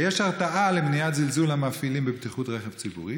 2. היש הרתעה למניעת זלזול של המפעילים בבטיחות רכב ציבורי?